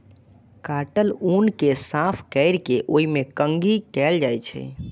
काटल ऊन कें साफ कैर के ओय मे कंघी कैल जाइ छै